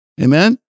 Amen